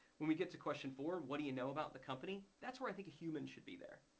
when we get to question four, what do you know about the company? that's where i think a human should be there.